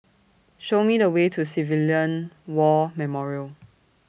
Show Me The Way to Civilian War Memorial